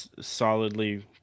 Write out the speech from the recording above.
solidly